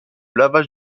lavage